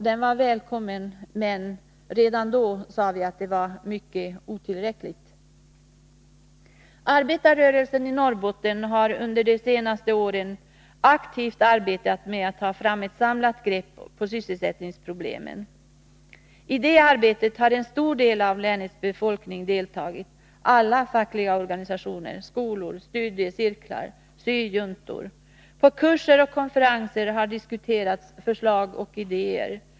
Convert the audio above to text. Den var välkommen, men redan då sade vi att den var otillräcklig. Arbetarrörelsen i Norrbotten har under de senaste åren aktivt arbetat med att ta ett samlat grepp på sysselsättningsproblemen. I det arbetet har en stor del av länets befolkning deltagit: alla fackliga organisationer, skolor, studiecirklar, syjuntor. På kurser och konferenser har förslag och idéer diskuterats.